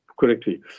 correctly